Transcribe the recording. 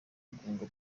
guhunga